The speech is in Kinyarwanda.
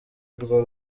urwo